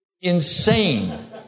Insane